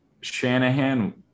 Shanahan